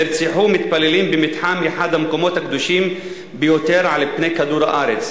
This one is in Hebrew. נרצחו מתפללים במתחם אחד המקומות הקדושים ביותר על פני כדור-הארץ,